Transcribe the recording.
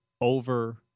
over